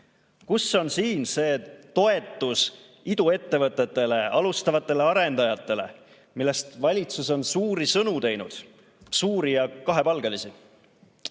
Kus on siin see toetus iduettevõtetele, alustavatele arendajatele, millest valitsus on suuri sõnu teinud? Suuri ja kahepalgelisi! Lugupeetud